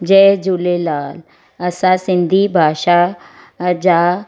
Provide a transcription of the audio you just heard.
जय झूलेलाल असां सिंधी भाषा जा